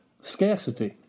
scarcity